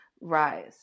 rise